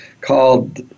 called